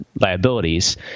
liabilities